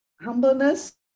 humbleness